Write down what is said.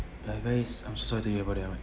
anyways I'm so sorry to hear about that [one]